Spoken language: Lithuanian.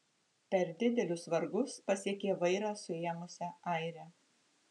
per didelius vargus pasiekė vairą suėmusią airę